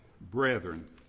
brethren